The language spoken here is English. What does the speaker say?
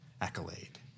accolade